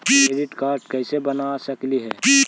Credit card कैसे बनबा सकली हे?